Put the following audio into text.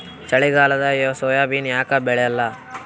ಚಳಿಗಾಲದಾಗ ಸೋಯಾಬಿನ ಯಾಕ ಬೆಳ್ಯಾಲ?